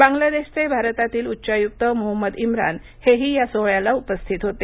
बांगलादेशचे भारतातील उच्चायुक्त मोहम्मद इम्रान हेही या सोहळ्यास उपस्थित होते